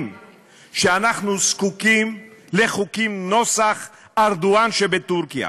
שאנחנו זקוקים לחוקים נוסח ארדואן שבטורקיה?